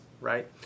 right